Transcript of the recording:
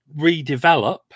redevelop